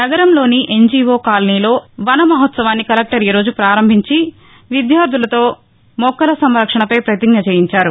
నగరంలోని ఎన్జీవో కాలనీలో వన మహోత్సవాన్ని కలెక్టర్ ఈరోజు ప్రారంభించి విద్యార్దులతో మొక్కల సంరక్షణపై ప్రతిజ్ఞ చేయించారు